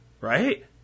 Right